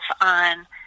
on